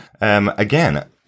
Again